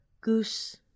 Goose